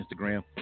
Instagram